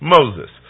Moses